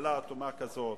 שממשלה אטומה כזאת,